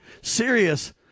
serious